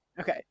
Okay